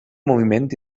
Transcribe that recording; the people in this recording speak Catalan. moviment